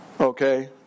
Okay